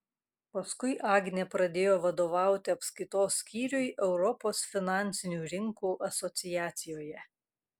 paskui agnė pradėjo vadovauti apskaitos skyriui europos finansinių rinkų asociacijoje